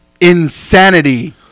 Insanity